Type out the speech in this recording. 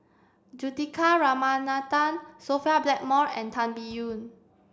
Juthika Ramanathan Sophia Blackmore and Tan Biyun